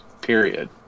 period